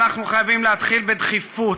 אנחנו חייבים להתחיל בדחיפות,